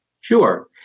sure